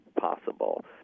possible